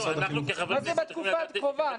מה זה בתקופה הקרובה?